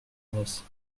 noce